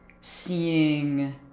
seeing